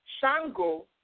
shango